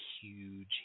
huge